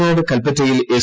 വയനാട് കല്പറ്റയിൽ എസ്